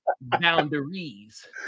boundaries